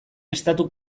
estatu